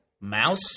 mouse